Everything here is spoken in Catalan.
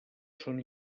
són